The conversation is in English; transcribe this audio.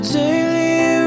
daily